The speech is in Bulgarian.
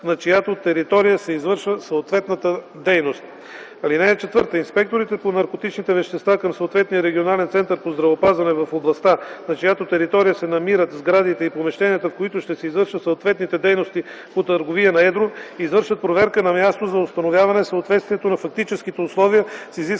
на чиято територия се извършва съответната дейност.